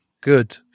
Good